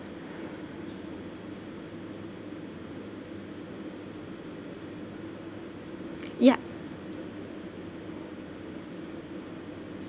ya